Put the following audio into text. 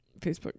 Facebook